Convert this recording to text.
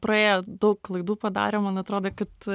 praėjo daug klaidų padarėm man atrodo kad